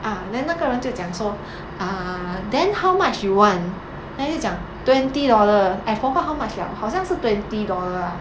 ah then 那个人就讲说 ah then how much you want then 他就讲 twenty dollar I forgot how much liao 好像是 twenty dollar ah